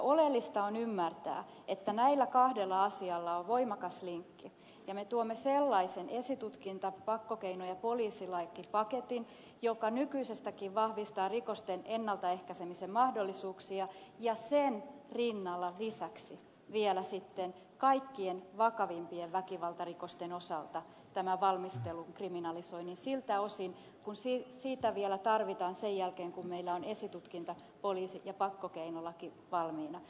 oleellista on ymmärtää että näillä kahdella asialla on voimakas linkki ja me tuomme sellaisen esitutkinta pakkokeino ja poliisilakipaketin joka nykyisestäkin vahvistaa rikosten ennaltaehkäisemisen mahdollisuuksia ja sen rinnalla lisäksi vielä sitten kaikkein vakavimpien väkivaltarikosten osalta tämän valmistelun kriminalisoinnin siltä osin kuin sitä vielä tarvitaan sen jälkeen kun meillä on esitutkinta poliisi ja pakkokeinolaki valmiina